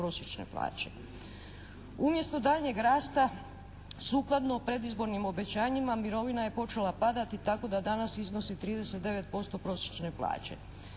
Umjesto daljnjeg rasta, sukladno predizbornim obećanjima mirovina je počela padati, tako da danas iznosi 39% prosječne plaće.